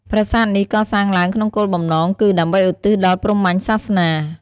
ប្រាសាទនេះកសាងឡើងក្នុងគោលបំណងគឺ ដើម្បីឧទ្ទិសដល់ព្រហ្មញ្ញសាសនា។